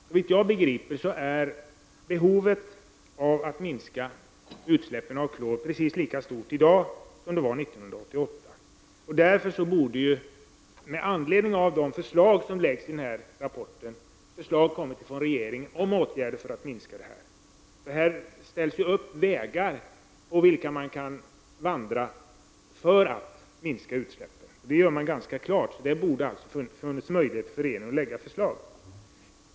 Såvitt jag begriper är behovet av att minska utsläppen av klor precis lika stort i dag som det var 1988. Regeringen borde därför, med anledning av de förslag som läggs fram i rapporten, ha föreslagit åtgärder för att minska klorutsläppen. Det ställs ju upp vägar på vilka man kan vandra för att minska utsläppen. Det görs ganska klart, så det borde ha funnits möjlighet för rege ringen att lägga fram förslag.